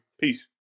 peace